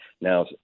Now